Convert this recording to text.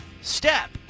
step